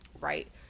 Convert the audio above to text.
right